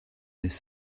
this